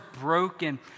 broken